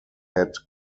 head